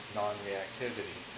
non-reactivity